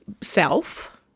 self